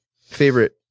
favorite